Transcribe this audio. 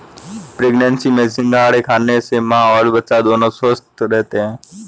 pregnancy में सिंघाड़ा खाने से मां और बच्चा दोनों स्वस्थ रहते है